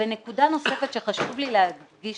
ונקודה נוספת שחשוב לי להדגיש